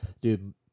Dude